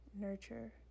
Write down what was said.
nurture